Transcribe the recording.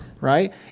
Right